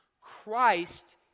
Christ